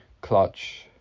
clutch